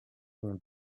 pont